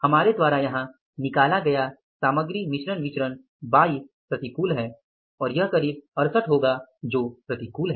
हमारे द्वारा यहां निकाला गया सामग्री मिश्रण विचरण 22 प्रतिकूल है और यह करीब 68 होगा जो प्रतिकूल है